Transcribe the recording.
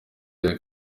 aho